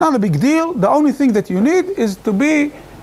לא משנה גדולה, הכול שאתה צריך זה להיות...